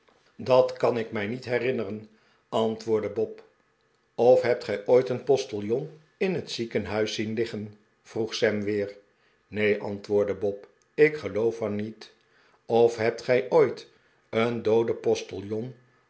dat kan ik mij niet herinneren antwoordde bob of hebt gij ooit een postiljon in het ziekenhuis zien liggen vroeg sam weer neen antwoordde bob ik geloof van niet of hebt gij ooit een dooden postiljon